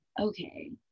okay